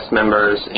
members